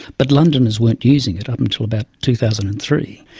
but londoners weren't using it up until about two thousand and three.